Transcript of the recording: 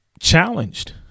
challenged